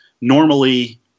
normally